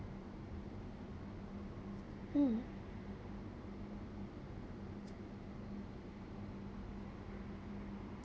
mm